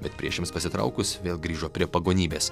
bet priešams pasitraukus vėl grįžo prie pagonybės